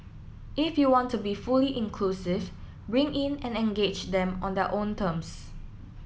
if you want to be fully inclusive bring in and engage them on their own terms